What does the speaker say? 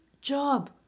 job